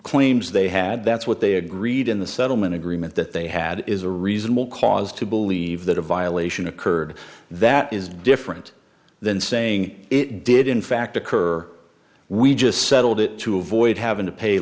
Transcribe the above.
claims they had that's what they agreed in the settlement agreement that they had is a reasonable cause to believe that a violation occurred that is different than saying it did in fact occur we just settled it to avoid having to pay